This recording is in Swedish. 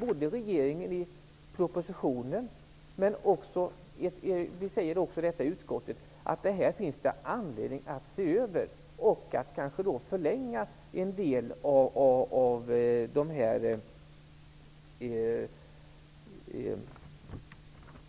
Både regeringen och utskottet säger att det finns anledning att se över det här och kanske förlänga en del av